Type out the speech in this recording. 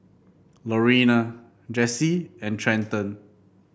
Lorena Jessi and Trenton